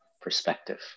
perspective